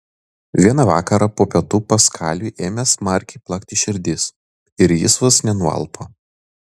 vieną vakarą po pietų paskaliui ėmė smarkiai plakti širdis ir jis vos nenualpo